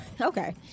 Okay